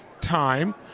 time